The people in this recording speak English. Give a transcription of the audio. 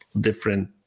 different